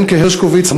לנקה הרשקוביץ,